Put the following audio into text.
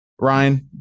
Ryan